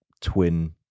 twin